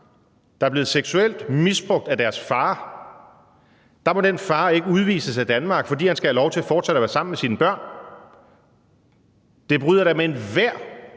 børn er blevet seksuelt misbrugt af deres far, må den far ikke udvises af Danmark, fordi han skal have lov til fortsat at være sammen med sine børn. Det bryder da med enhver